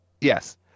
yes